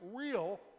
real